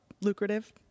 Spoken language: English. lucrative